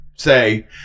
say